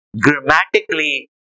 grammatically